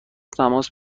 تماس